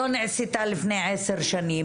לא נעשתה לפני עשר שנים,